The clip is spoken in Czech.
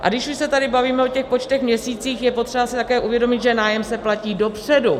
A když už se tady bavíme o těch počtech v měsících, je potřeba si také uvědomit, že nájem se platí dopředu.